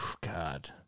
God